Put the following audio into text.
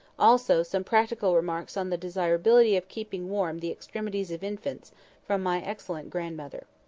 also some practical remarks on the desirability of keeping warm the extremities of infants from my excellent grandmother.